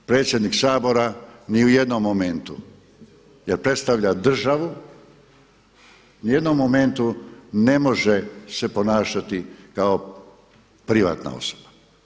Predsjednik Sabora ni u jednom momentu, jer predstavlja državu, u ni jednom momentu ne može se ponašati kao privatna osoba.